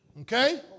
Okay